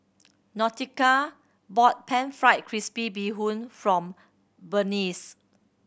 Nautica bought Pan Fried Crispy Bee Hoon from Berneice